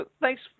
thanks